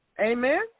Amen